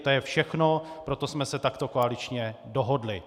To je všechno, proto jsme se takto koaličně dohodli.